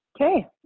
Okay